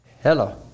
Hello